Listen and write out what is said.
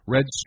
Red